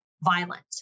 violent